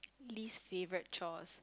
least favourite chores